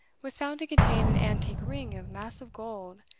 was found to contain an antique ring of massive gold,